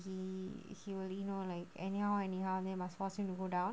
he he only know like anyhow anyhow then must force him to go down